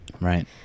Right